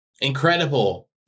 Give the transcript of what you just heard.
Incredible